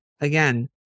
again